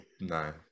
no